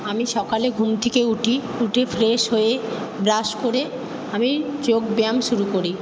আমি সকালে ঘুম থেকে উঠি উঠে ফ্রেশ হয়ে ব্রাশ করে আমি যোগ ব্যায়াম শুরু করি